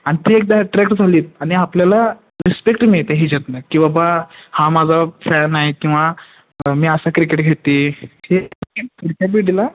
आणि ते एकदा ॲट्रॅक्ट झालीत आणि आपल्याला रिस्पेक्ट मिळते ह्याच्यातून की बाबा हा माझा फॅन आहे किंवा मी असं क्रिकेट खेळतो हे पुढच्या पिढीला